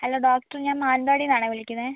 hello doctor ഞാൻ മാനത്തവാടീന്നാണ് വിളിക്കുന്നത്